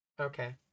Okay